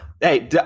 Hey